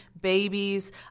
babies